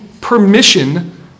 permission